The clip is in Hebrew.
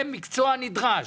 רוקחות זה מקצוע נדרש.